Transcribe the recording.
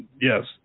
Yes